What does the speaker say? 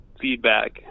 feedback